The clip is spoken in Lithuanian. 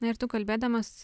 na ir tu kalbėdamas